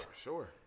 sure